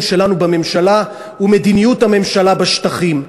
שלנו בממשלה הוא מדיניות הממשלה בשטחים.